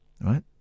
Right